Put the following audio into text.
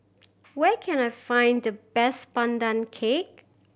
where can I find the best Pandan Cake